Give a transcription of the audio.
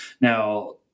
now